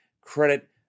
credit